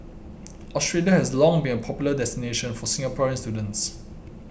Australia has long been a popular destination for Singaporean students